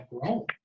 grown